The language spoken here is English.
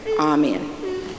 amen